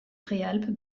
préalpes